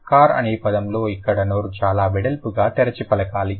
car అనే పదంలో ఇక్కడ నోరు చాలా వెడల్పుగా తెరిచి పలకాలి